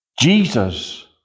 Jesus